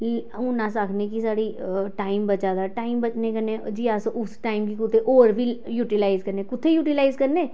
हून अस आखने की साढ़ा टाईम बचा दा टाईम बचने कन्नै अस उस टाईम गी कुतै होर बी युटिलाइज करने कु'त्थें युटिलाइज करने